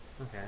Okay